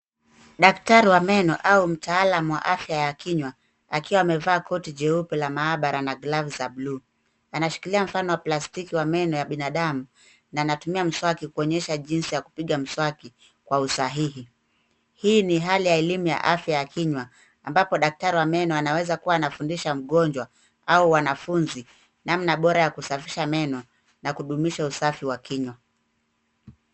Daktari wa meno au mtaalamu wa afya ya kinywa akiwa amevaa koti jeupe la maabara na glovu za bluu. Anashikilia mfano wa plastiki wa meno ya binadamu na anatumia mswaki kuonyesha jinsi ya kupiga mswaki kwa usahihi. Hii ni hali ya elimu ya afya ya kinywa ambapo daktari wa meno anaweza kuwa anafundisha mgonjwa au wanafunzi namna bora ya kusafisha meno na kudumisha usafi wa kinywa.